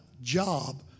job